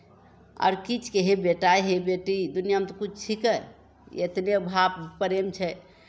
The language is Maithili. आर किछके हे बेटा हे बेटी दुनिआँमे तऽ किछु छिकै एतबे भाव प्रेम छै